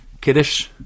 Kiddush